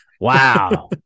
Wow